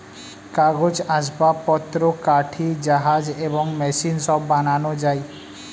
কাগজ, আসবাবপত্র, কাঠি, জাহাজ এবং মেশিন সব বানানো যায়